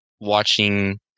watching